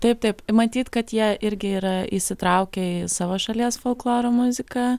taip taip matyt kad jie irgi yra įsitraukę į savo šalies folkloro muziką